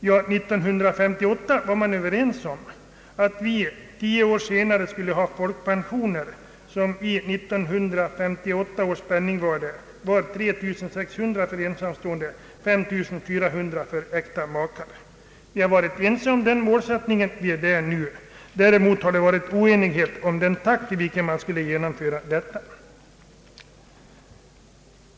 1958 var vi överens om att det tio år senare skulle utgå folkpension med belopp som i 1958 års penningvärde utgjorde 3 600 kronor för ensamstående och 5 400 kronor för äkta makar. Vi har varit eniga om den målsättningen, och vi är nu eniga om den. Däremot har det rått oenighet om den takt i vilken detta skulle genomföras.